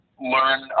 learn